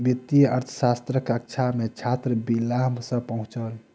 वित्तीय अर्थशास्त्रक कक्षा मे छात्र विलाभ सॅ पहुँचल